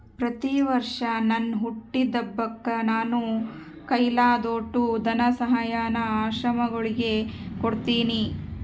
ಪ್ರತಿವರ್ಷ ನನ್ ಹುಟ್ಟಿದಬ್ಬಕ್ಕ ನಾನು ಕೈಲಾದೋಟು ಧನಸಹಾಯಾನ ಆಶ್ರಮಗುಳಿಗೆ ಕೊಡ್ತೀನಿ